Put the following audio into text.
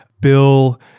Bill